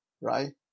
right